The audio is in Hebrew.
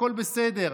הכול בסדר,